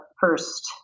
first